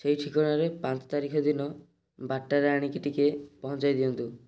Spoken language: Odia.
ସେହି ଠିକଣାରେ ପାଞ୍ଚ ତାରିଖ ଦିନ ବାରଟାରେ ଆଣିକି ଟିକେ ପହଞ୍ଚାଇ ଦିଅନ୍ତୁ